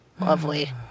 lovely